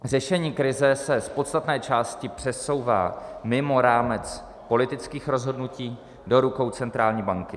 Řešení krize se z podstatné části přesouvá mimo rámec politických rozhodnutí, do rukou centrální banky.